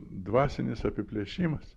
dvasinis apiplėšimas